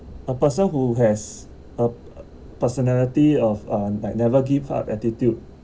a person who has a personality of uh like never give up attitude